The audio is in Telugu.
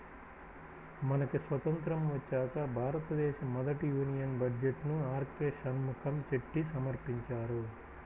మనకి స్వతంత్రం వచ్చాక భారతదేశ మొదటి యూనియన్ బడ్జెట్ను ఆర్కె షణ్ముఖం చెట్టి సమర్పించారు